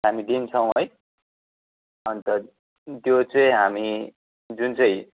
हामी दिन्छौँ है अन्त त्यो चाहिँ हामी जुन चाहिँ